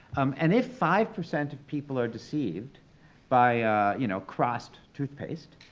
um and if five percent of people are deceived by you know crost toothpaste,